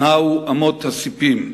נעו אמות הספים.